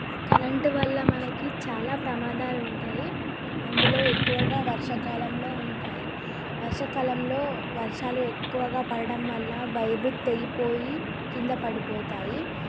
current వల్ల మనకి చాలా ప్రమాదాలు ఉంటాయి అందులో ఎక్కువగా వర్షాకాలంలో ఉంటాయి వర్షాకాలంలో వర్షాలు ఎక్కువగా పడడం వల్ల వైర్లు తెగి పోయి కింద పడిపోతాయి